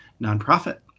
nonprofit